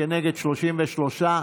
נגד, 33,